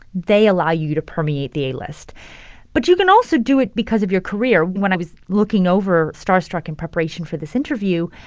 they allow you to permeate the a-list. but you can also do it because of your career when i was looking over starstruck in preparation for this interview,